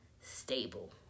stable